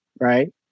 right